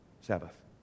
Sabbath